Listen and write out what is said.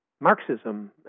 Marxism